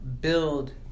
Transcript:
build